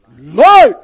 light